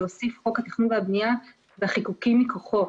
להוסיף חוק התכנון והבנייה והחיקוקים מכוחו.